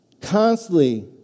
constantly